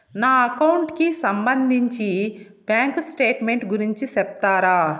నా అకౌంట్ కి సంబంధించి బ్యాంకు స్టేట్మెంట్ గురించి సెప్తారా